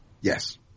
Yes